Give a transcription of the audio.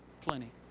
plenty